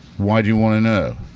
why do you want to know?